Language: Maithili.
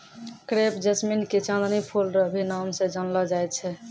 क्रेप जैस्मीन के चांदनी फूल रो भी नाम से जानलो जाय छै